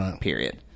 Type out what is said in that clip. period